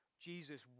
Jesus